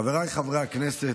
חבריי חברי הכנסת,